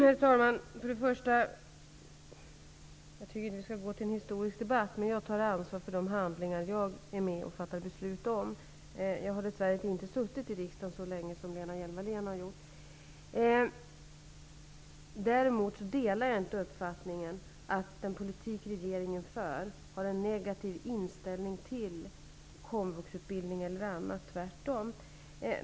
Herr talman! Jag vill först säga att jag inte tycker att vi skall övergå till en historisk debatt, men att jag tar ansvar för de beslut som jag är med om att fatta. Jag har dess värre inte suttit i riksdagen så länge som Lena Hjelm-Wallén har gjort. Däremot delar jag inte uppfattningen att den politik som regeringen för är uttryck för en negativ inställning till komvux eller annan utbildning, tvärtom.